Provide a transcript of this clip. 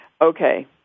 Okay